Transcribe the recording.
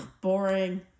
boring